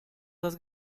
las